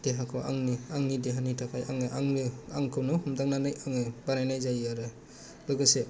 देहाखौ आंनि आंनि देहानि थाखाय आंङो आंनो आंखौनो हमदांनानै आंङो बानायनाय जायो आरो लोगोसे